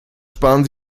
sparen